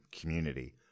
community